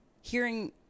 hearing